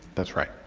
that's right.